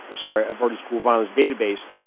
sorry, averted school violence database,